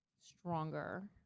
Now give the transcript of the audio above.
stronger